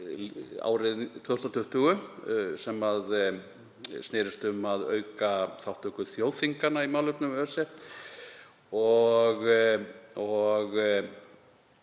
árið 2020 sem snerist um að auka þátttöku þjóðþinga í málefnum ÖSE og